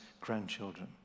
grandchildren